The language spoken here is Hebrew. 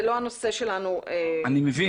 זה לא הנושא שלנו, וזה נושא חשוב.